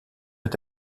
est